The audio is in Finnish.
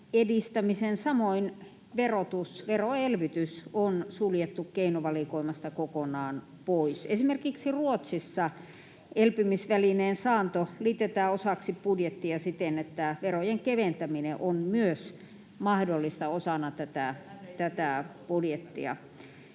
verotus, veroelvytys on suljettu keinovalikoimasta kokonaan pois. Esimerkiksi Ruotsissa elpymisvälineen saanto liitetään osaksi budjettia siten, että myös verojen keventäminen on mahdollista osana tätä budjettia.